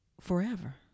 forever